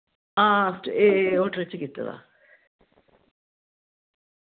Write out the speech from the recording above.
हां stay hotel च कीत्ते दा